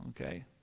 Okay